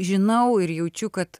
žinau ir jaučiu kad